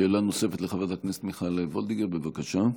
שאלה נוספת, לחברת הכנסת מיכל וולדיגר, בבקשה.